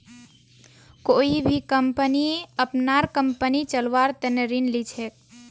कोई भी कम्पनी अपनार कम्पनी चलव्वार तने ऋण ली छेक